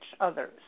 others